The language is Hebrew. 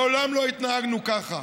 מעולם לא התנהגנו ככה.